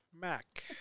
Mac